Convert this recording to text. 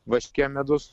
vaške medus